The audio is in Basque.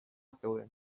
zeuden